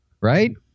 right